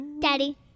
Daddy